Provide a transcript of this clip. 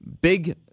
big